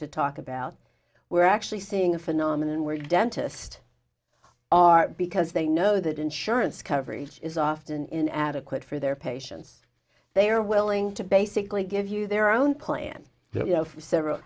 to talk about we're actually seeing a phenomenon where dentist are because they know that insurance coverage is often in adequate for their patients they are willing to basically give you their own plan that you know for several